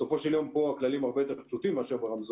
בסופו של יום פה הכללים הם הרבה יותר פשוטים מאשר ברמזור,